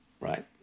right